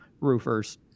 roofers